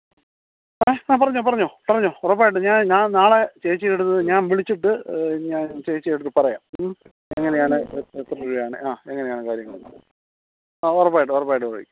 ഏ ആ പറഞ്ഞോ പറഞ്ഞോ പറഞ്ഞോ ഉറപ്പായിട്ടും ഞാൻ നാളെ ചേച്ചിയുടെ അടുത്ത് ഞാൻ വിളിച്ചിട്ട് ഞാൻ ചേച്ചിയുടെ അടുത്ത് പറയാം എങ്ങനെയാണ് എത്ര രൂപയാണ് ആ എങ്ങനെയാണ് കാര്യങ്ങൾ എന്നുള്ളത് ആ ഉറപ്പായിട്ടും ഉറപ്പായിട്ടും വിളിക്കാം